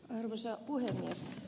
arvoisa puhemies